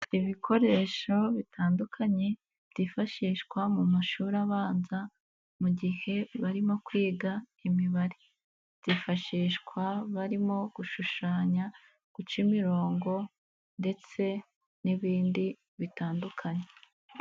Ibikoresho bitandukanye byifashishwa mu mashuri abanza mu gihe barimo kwiga imibare, byifashishwa barimo gushushanya, guca imirongo ndetse n'ibindi bitandukanye.